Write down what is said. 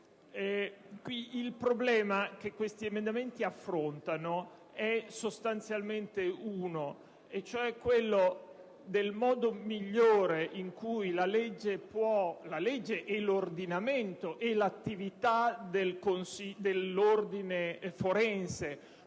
Il problema che questi emendamenti affrontano è sostanzialmente quello del modo migliore con cui la legge, l'ordinamento e l'attività dell'Ordine forense